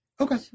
Okay